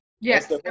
Yes